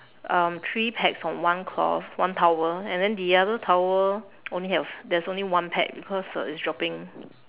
um three pegs on one cloth one towel and then the other towel only have there's only one peg because uh it's dropping